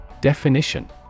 Definition